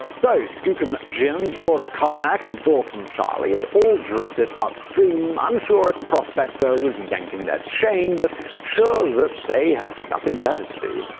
so skookum jim, george carmack, and dawson charlie had all drifted upstream, unsure if the prospector was yanking their chain, but sure they had nothing better to do.